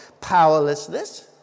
powerlessness